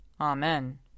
Amen